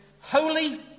holy